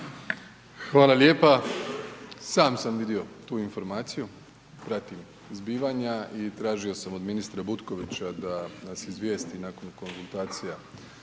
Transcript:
Hvala lijepa. Sam sam vidio tu informaciju zbivanja i tražio sam od ministra Butkovića da nas izvijesti nakon konzultacija